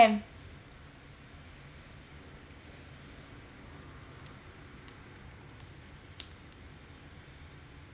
can